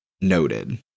Noted